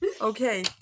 Okay